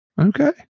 Okay